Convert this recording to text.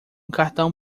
cartão